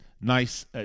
nice